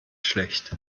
schlecht